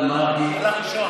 ומרגי, אבל איפה הוא?